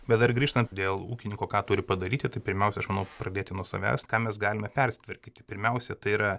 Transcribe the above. bet dar grįžtant dėl ūkininko ką turi padaryti tai pirmiausia aš manau pradėti nuo savęs ką mes galime persitvarkyti pirmiausia tai yra